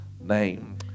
name